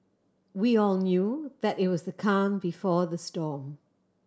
we all knew that it was the calm before the storm